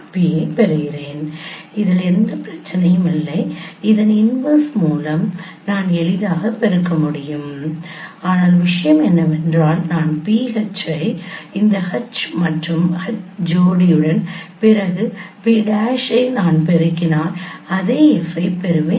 𝐼𝑓 𝑃 𝑃′ → 𝐹 𝑡ℎ𝑒𝑛 𝑃𝐻 𝑃′𝐻 → 𝐹 எந்த பிரச்சனையும் இல்லை அதன் இன்வெர்ஸ் மூலம் நான் எளிதாக பெருக்க முடியும்' ஆனால் விஷயம் என்னவென்றால் நான் PH ஐ இந்த H மற்றும் H ஜோடியுடன் பிறகு P' ஐ நான் பெருக்கினால் அதே F ஐ பெறுவேன்